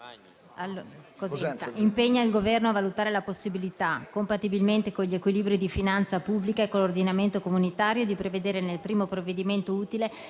impegna il Governo: a valutare la possibilità, compatibilmente con gli equilibri di finanza pubblica e con l'ordinamento comunitario, di prevedere nel primo provvedimento utile